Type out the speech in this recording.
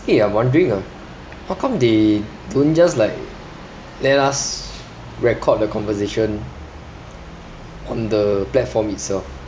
eh I'm wondering ah how come they don't just like let us record the conversation on the platform itself